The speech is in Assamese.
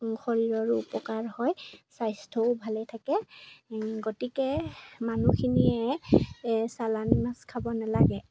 শৰীৰৰো উপকাৰ হয় স্বাস্থ্যও ভালেই থাকে গতিকে মানুহখিনিয়ে চালানী মাছ খাব নালাগে